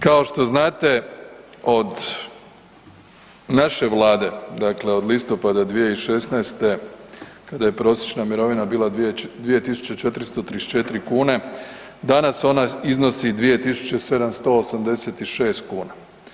Kao što znate od naše Vlade, dakle od listopada 2016. kada je prosječna mirovina bila 2.434 kune danas ona iznosi 2.786 kuna.